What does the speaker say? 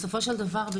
בסופו של דבר,